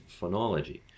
phonology